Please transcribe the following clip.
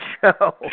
show